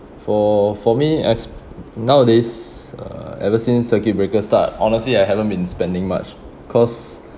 for for me as nowadays uh ever since circuit breaker start honestly I haven't been spending much cause